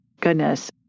Goodness